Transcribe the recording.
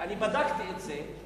ואני בדקתי את זה,